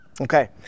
Okay